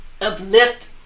uplift